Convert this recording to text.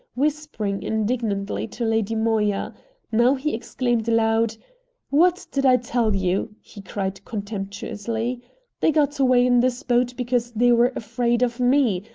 whispering indignantly to lady moya now he exclaimed aloud what did i tell you? he cried contemptuously they got away in this boat because they were afraid of me,